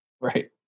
Right